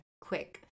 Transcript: quick